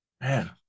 Man